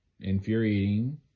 infuriating